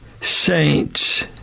saints